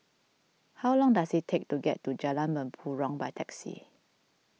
how long does it take to get to Jalan Mempurong by taxi